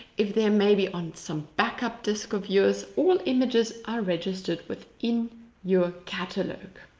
if they're maybe on some back-up disk of yours. all images are registered within your catalogue.